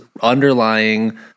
underlying